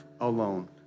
alone